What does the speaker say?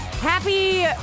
Happy